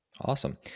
Awesome